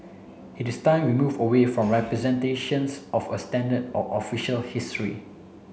it is time we move away from representations of a standard or official history